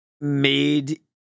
made